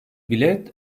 bilet